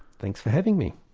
thanks for having me.